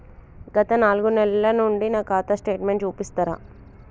గత నాలుగు నెలల నుంచి నా ఖాతా స్టేట్మెంట్ చూపిస్తరా?